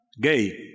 gay